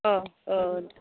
অঁ অঁ